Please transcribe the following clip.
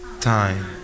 time